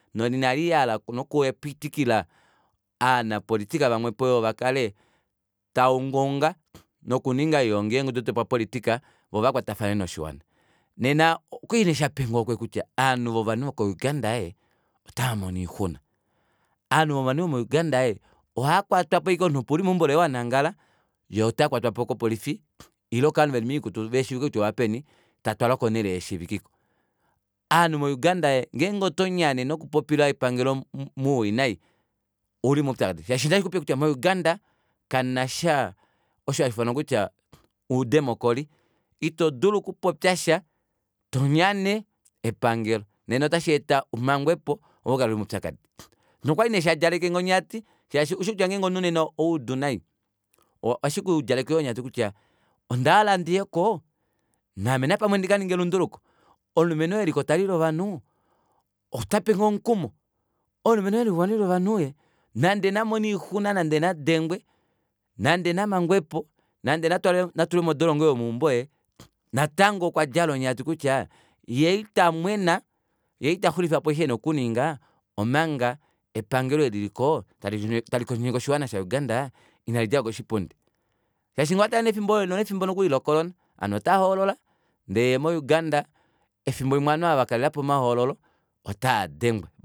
Inalihala nokupitika aanapolitika vamwepo tava ungaunga nokuninga oyoongi yeengudu dopapolitika voo vakwatafane noshiwana nena okwali nee shapange ohokwe kutya ovanhu vovanhu voko uganda otaamono oixuna ovanhu vomo uganda ohakwatwapo ashike opo uli meumbo loye wanangala yee otakwatwapo kopolifi ile kovanhu veli moikutu veheshiivike kutya ovaapeni tatwalwa konele iheshiivike ovanhu mouganda ngenge otonyane nokupopila epangelo muwinayi ouli moupyakadi shaashi otashikupe kutya mo uganda kamunasha osho hashi ufanwa kutya oudemocry ito dulu okupopyasha tonyane epangelo nena otasheeta umangwepo ove ukale uli moupyakadi nokwali nee shadjalekange onyati shashi oushikutya nena omunhu owaudu nai ohashikudjaleke onyati ondahala ndiyeko naame napamwe yoo ndikaninge elunduluko omulumenhu oo eliko talwile ovanhu otapenge omukumo omulumenhu oo eliko talwile ovanhu ee nande namone oixuna nande nadengwe nande namangwepo nande natulwe modolongo yomeumbo ee natango okwadjala onyati kutya yee itamwena yee itaxulifapo eshi ena okuninga omanga epangelo eli liliko talikolonyeke oshiwana sha uganda inalidjako koshipundi shaashi ngenge owatale nee efimbo olo nee efimbo nokuli lo colona ovanhu otaaholola ndee mo uganda efimbo limwe ovanhu ava kalelapo omahoololo otaadengwa